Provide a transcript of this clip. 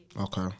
Okay